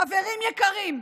חברים יקרים,